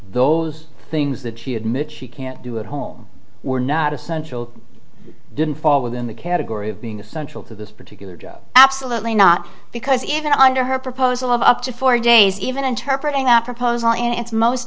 those things that she admits she can't do at home were not essential didn't fall within the category of being a central to this particular job absolutely not because even under her proposal of up to four days even interpreting our proposal in its most